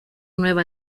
nueva